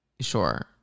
Sure